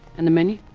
and the menu.